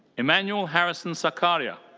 emmanuel harrison sakarya.